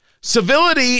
Civility